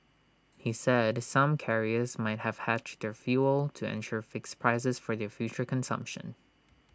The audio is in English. he said some carriers might have hedged their fuel to ensure fixed prices for their future consumption